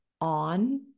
on